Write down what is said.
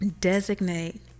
designate